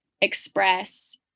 express